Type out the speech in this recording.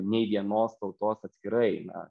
nei vienos tautos atskirai na